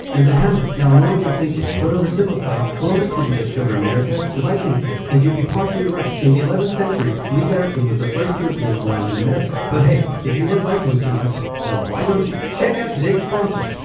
and a hammock. now i know what you're thinking. but oversimplified, columbus didn't discover america, the vikings did! and you'd be partially right. in the eleventh century, leif erikson was the first european to land in america. but hey, if you love vikings so much, then why don't you. check out today's sponsor?